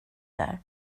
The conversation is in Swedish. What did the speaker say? där